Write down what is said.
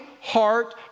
heart